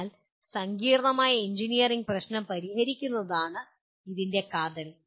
അതിനാൽ സങ്കീർണ്ണമായ എഞ്ചിനീയറിംഗ് പ്രശ്നം പരിഹരിക്കുന്നതാണ് ഇതിന്റെ കാതൽ